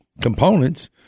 components